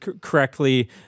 correctly